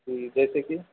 جی جیسے کہ